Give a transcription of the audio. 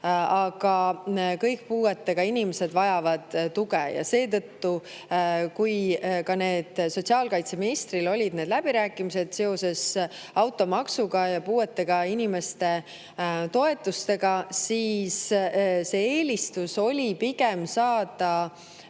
aga kõik puuetega inimesed vajavad tuge. Seetõttu, kui sotsiaalkaitseministril olid läbirääkimised seoses automaksuga ja puuetega inimeste toetustega, oli eelistus pigem saada